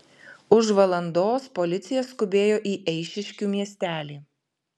už valandos policija skubėjo į eišiškių miestelį